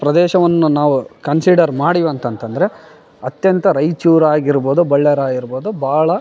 ಪ್ರದೇಶವನ್ನು ನಾವು ಕನ್ಸಿಡರ್ ಮಾಡಿವಿ ಅಂತಂತಂದ್ರೆ ಅತ್ಯಂತ ರಾಯಚೂರು ಆಗಿರಬೋದು ಬಳ್ಳಾರಿ ಆಗಿರಬೋದು ಭಾಳ